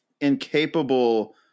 incapable